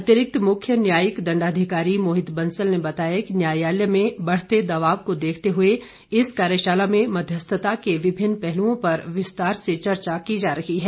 अतिरिक्त मुख्य न्यायिक दंडाधिकारी मोहित बंसल ने बताया कि न्यायालय में बढ़ते दबाव को देखते हुए इस कार्यशाला में मध्यस्थता के विभिन्न पहलुओं पर विस्तार से चर्चा की जा रही है